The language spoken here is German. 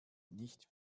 nicht